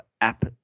app